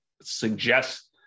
suggest